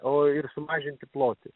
o ir sumažinti plotį